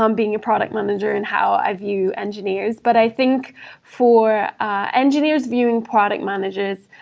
um being a product manager and how i view engineers. but i think for ah engineers viewing product managers,